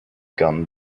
gone